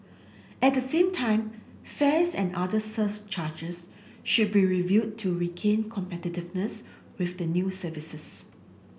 at the same time fares and other surcharges should be reviewed to regain competitiveness with the new services